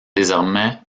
désormais